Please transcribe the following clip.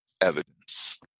evidence